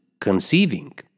conceiving